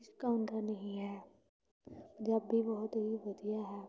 ਝਿਜਕਾਉਂਦਾ ਨਹੀਂ ਹੈ ਪੰਜਾਬੀ ਬਹੁਤ ਹੀ ਵਧੀਆ ਹੈ